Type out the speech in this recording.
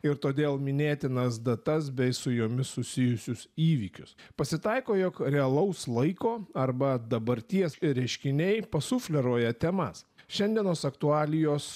ir todėl minėtinas datas bei su jomis susijusius įvykius pasitaiko jog realaus laiko arba dabarties reiškiniai pasufleruoja temas šiandienos aktualijos